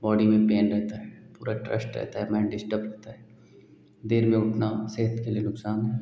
body में pain रहता है पूरा ट्रश्ट रहता है माइन्ड डिस्टर्ब होता है देर में उठना सेहत के लिए नुकसान है